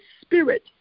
spirit